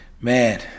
man